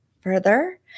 further